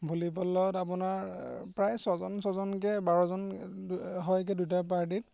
ভলীবলত আপোনাৰ প্ৰায় ছজন ছজনকৈ বাৰজন হয়গৈ দুটা পাৰ্টিত